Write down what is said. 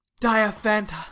Diaphanta